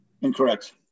Incorrect